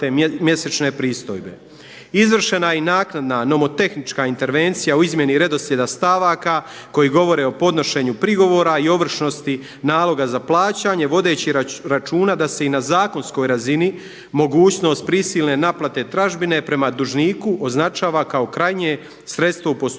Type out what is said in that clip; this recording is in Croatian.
Izvršena je i naknadna nomotehnička intervencija u izmjeni redoslijeda stavaka koji govore o podnošenju prigovora i ovršnosti naloga za plaćanje, vodeći računa da se i na zakonskoj razini mogućnost prisilne naplate tražbine prema dužniku označava kao krajnje sredstvo u postupanju